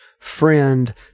friend